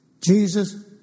Jesus